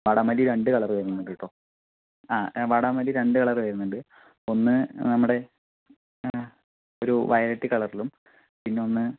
വാടാമല്ലി രണ്ട് കളറ് വരുന്നുണ്ട് കേട്ടോ ആ വാടാമല്ലി രണ്ട് കളറ് വരുന്നുണ്ട് ഒന്ന് നമ്മുടെ ഒരു വയലറ്റ് കളറിലും പിന്നെ ഒന്ന്